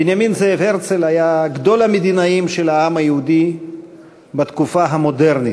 בנימין זאב הרצל היה גדול המדינאים של העם היהודי בתקופה המודרנית.